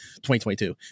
2022